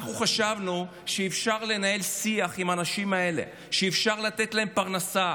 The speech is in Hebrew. אנחנו חשבנו שאפשר לנהל שיח עם האנשים האלה; שאפשר לתת להם פרנסה,